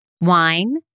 Wine